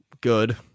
good